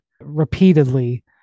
repeatedly